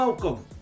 Welcome